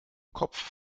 kopf